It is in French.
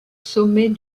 sommet